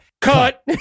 Cut